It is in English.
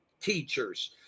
teachers